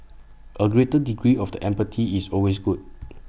A greater degree of the empty is always good